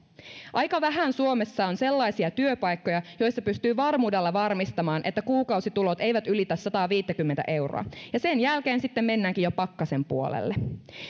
aika vähän suomessa on sellaisia työpaikkoja joissa pystyy varmuudella varmistamaan että kuukausitulot eivät ylitä sataaviittäkymmentä euroa ja sen jälkeen sitten mennäänkin jo pakkasen puolelle